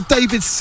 David